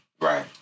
Right